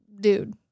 dude